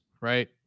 right